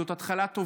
זאת התחלה טובה,